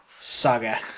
saga